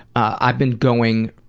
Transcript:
i've been going,